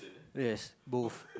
yes both